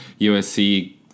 USC